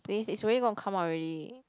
please is already gonna come out already